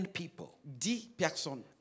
people